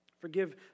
Forgive